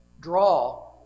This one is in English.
draw